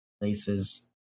places